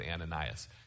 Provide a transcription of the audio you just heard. Ananias